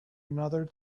another